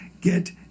get